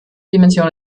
dimension